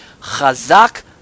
Chazak